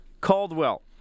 Caldwell